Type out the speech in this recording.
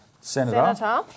senator